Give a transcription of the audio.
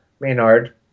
Maynard